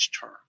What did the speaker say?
term